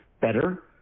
better